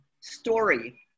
story